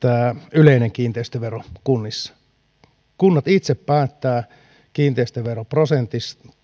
yleinen kiinteistövero kunnissa kunnat itse päättävät kiinteistöveroprosentistaan